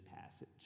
passage